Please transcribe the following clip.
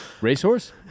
Racehorse